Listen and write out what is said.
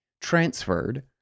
transferred